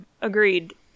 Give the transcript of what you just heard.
agreed